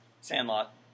Sandlot